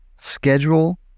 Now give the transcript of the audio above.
schedule